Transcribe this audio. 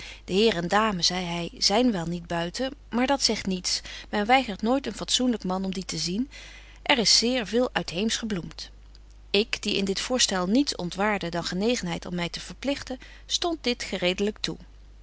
de heer en dame zei hy zyn wel niet buiten maar dat zegt niets men weigert nooit een fatsoenlyk man om die te zien er is zeer veel uitheemsch gebloemt ik die in dit voorstel niets ontwaarde dan genegenheid om my te verpligten stond dit geredelyk toe